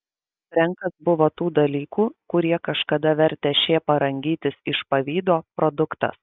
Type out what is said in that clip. frenkas buvo tų dalykų kurie kažkada vertė šėpą rangytis iš pavydo produktas